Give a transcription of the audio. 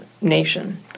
nation